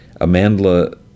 Amandla